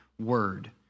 word